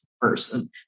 person